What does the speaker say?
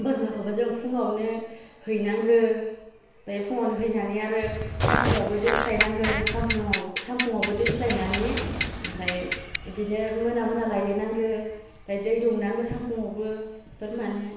बोरमाखौबो जों फुङावनो हैनांगौ ओमफ्राय फुङावनो हैनानै आरो सानफुङावबो दोस्लायनांगौ सानफुनङा सानफुङावबो दोस्लायनानि ओमफ्राय बिदिनो मोना मोना लायलायनांगौ ओमफ्राय दै दौनांगौ सामफुङावबो बोरमानो